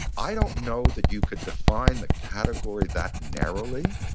i don't know that you could define the category that narrowly,